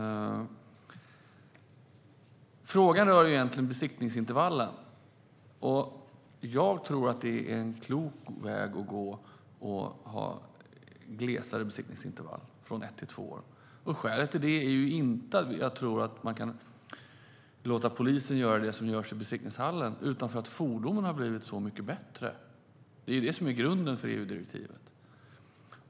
Frågan rör egentligen besiktningsintervallen. Jag tror att det är en klok väg att gå att ha glesare besiktningsintervall, från ett till två år. Skälet till det är inte att jag tror att man kan låta polisen göra det som görs i besiktningshallen utan att fordonen har blivit så mycket bättre. Det är ju det som är grunden för EU-direktivet.